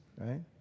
right